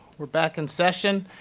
we're back in session.